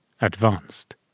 advanced